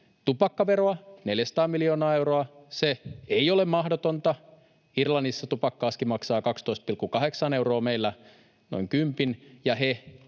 tupakkaveroa 400 miljoonaa euroa. Se ei ole mahdotonta. Irlannissa tupakka-aski maksaa 12,8 euroa, meillä noin kympin,